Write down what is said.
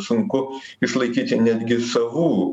sunku išlaikyti netgi savų